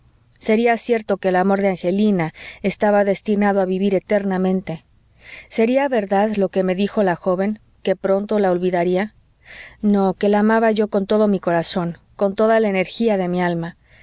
sería cierto que el amor de angelina estaba destinado a vivir eternamente sería verdad lo que me dijo la joven que pronto la olvidaría no que la amaba yo con todo mi corazón con toda la energía de mi alma